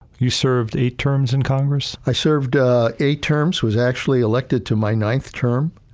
you served eight terms in congress. i served ah eight terms was actually elected to my ninth term.